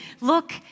look